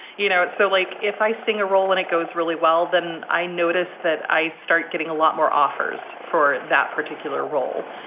you know, it's so like if i sing a role and it goes really well, then i notice that i start getting a lot more offers for that particular role.